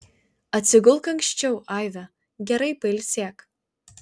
atsigulk anksčiau aive gerai pailsėk